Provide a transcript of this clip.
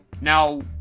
now